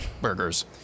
burgers